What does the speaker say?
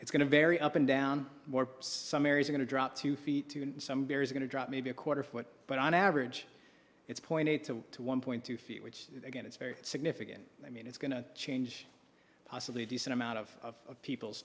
it's going to vary up and down more some areas are going to drop two feet and some beer is going to drop maybe a quarter foot but on average it's point eight to one point two feet which again it's very significant i mean it's going to change possibly a decent amount of people's